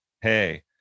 hey